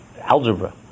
algebra